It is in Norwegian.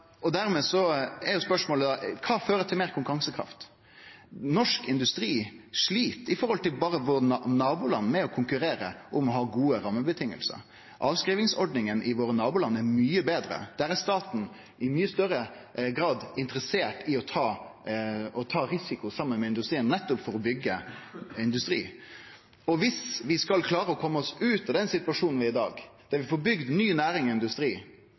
Dermed er spørsmålet: Kva fører til meir konkurransekraft? Norsk industri slit, berre i forhold til nabolanda våre, med å konkurrere om å ha gode rammevilkår. Avskrivingsordningane i nabolanda våre er mykje betre. Der er staten i mykje større grad interessert i å ta risiko saman med industrien, nettopp for å byggje industri. Og viss vi skal klare å kome oss ut av den situasjonen vi i dag er i, slik at vi får bygd ny